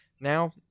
Now